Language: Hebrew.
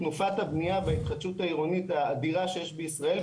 תנופת הבנייה וההתחדשות העירונית האדירה שיש בישראל,